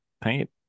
paint